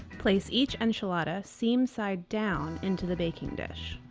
place each enchilada seam-side-down into the baking dish.